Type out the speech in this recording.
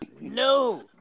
No